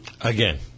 again